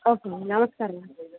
okay అండి నమస్కారం అండి